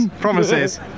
promises